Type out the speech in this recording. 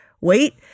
wait